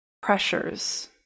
pressures